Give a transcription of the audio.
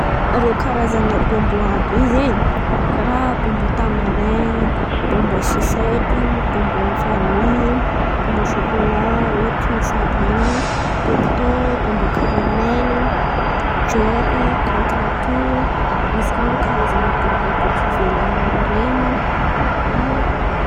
Rô Karazan̈a bômbon àby in̈y zen̈y karà: bôbô tamarin, bômbon sisety, bômbon vany, bômbon sôkôla, rô tioinksa àby iren̈y, pektô, bômbon karàmely, jôky, kôntirato misy kà rô karàzany bobon bôky ivelany ren̈y maro ai.